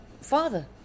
father